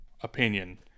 opinion